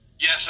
Yes